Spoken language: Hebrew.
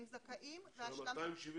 הם זכאים להשלמה.